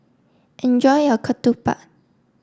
enjoy your Ketupat